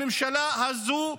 הממשלה הזו,